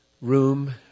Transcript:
room